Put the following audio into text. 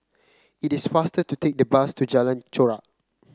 it is faster to take the bus to Jalan Chorak